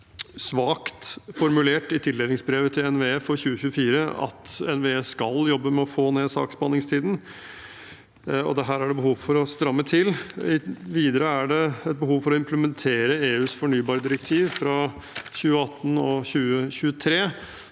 Det er svakt formulert i tildelingsbrevet til NVE for 2024 at NVE skal jobbe med å få ned saksbehandlingstiden, og her er det behov for å stramme til. Videre er det et behov for å implementere EUs fornybardirektiv fra 2018 og 2023,